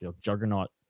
juggernaut